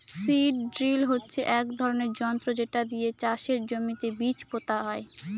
seed drill হচ্ছে এক ধরনের যন্ত্র যেটা দিয়ে চাষের জমিতে বীজ পোতা হয়